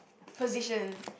position